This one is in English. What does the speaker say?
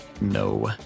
no